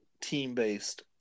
team-based